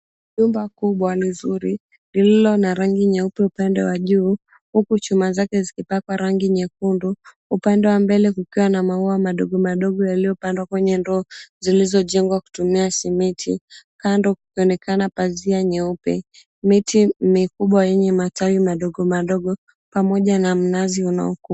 Jumba kubwa lizuri lililona rangi nyeupe upande wa juu huku chuma zake zikipakwa rangi nyekundu, upande wa mbele kukiwa na maua madogo yaliopandwa kwenye ndoo zilizojengwa kutumia simiti, kando kukionekana pazia nyeupe. Miti mikubwa yenye matawi madogo madogo pamoja na mnazi unaokua.